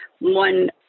one